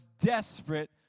desperate